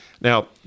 Now